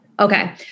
Okay